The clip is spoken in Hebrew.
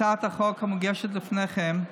הצעת החוק המוגשת לפניכם,